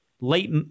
late